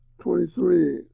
Twenty-three